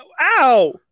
Ow